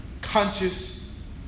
conscious